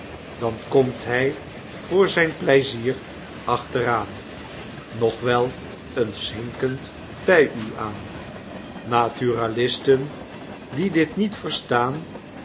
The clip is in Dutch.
dan komt hy voor zijn pleizier achteraan nog wel eens hinkend by u aan naturalisten die dit niet verstaan